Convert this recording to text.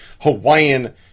Hawaiian